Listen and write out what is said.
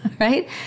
right